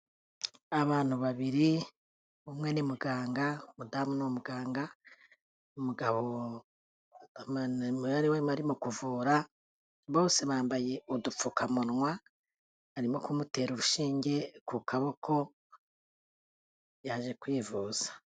Abantu 2 umwe ni muganga, madamu n'umuganga umugabo niwe bari mu kuvura bose bambaye udupfukamunwa, arimo kumutera urushinge ku kaboko yaje kwivuza.